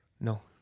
No